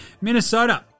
Minnesota